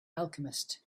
alchemist